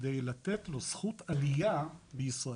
כדי לתת לו זכות עליה בישראל,